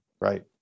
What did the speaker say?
right